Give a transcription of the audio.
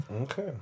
Okay